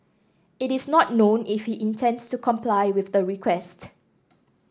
it is not known if he intends to comply with the request